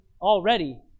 already